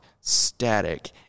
static